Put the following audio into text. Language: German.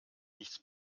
nichts